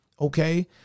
Okay